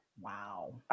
wow